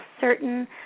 certain